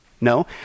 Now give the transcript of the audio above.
No